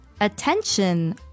attention